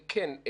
כן.